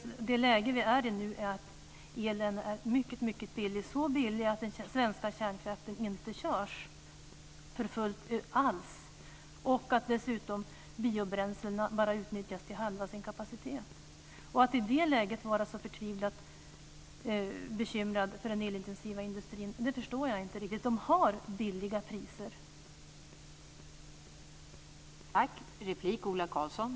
Det läge som vi nu befinner oss i är att elen är mycket billig, så billig att de svenska kärnkraftverken inte körs för fullt och att dessutom bara halva kapaciteten när det gäller biobränslena utnyttjas. Att man i det läget är så förtvivlat bekymrad för den elintensiva industrin förstår jag inte. Priserna är låga.